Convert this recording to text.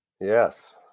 Yes